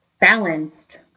balanced